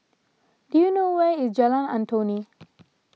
do you know where is Jalan Antoi